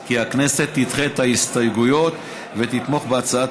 כי הכנסת תדחה הסתייגויות ותתמוך בהצעת